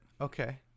Okay